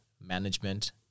management